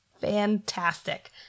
Fantastic